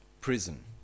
prison